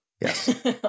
Yes